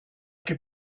che